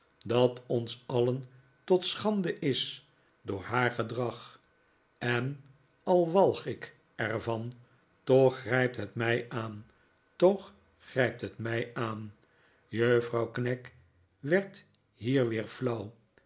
dat ons alien tot schande is door haar gedrag en al walg ik er van toch grijpt het mij aan toch grijpt het mij aan juffrouw knag werd hier weer flauw